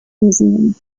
museum